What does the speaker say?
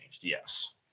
Yes